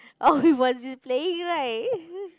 oh we was just playing right